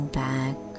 back